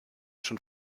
schon